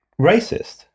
racist